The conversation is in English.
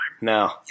No